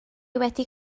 wedi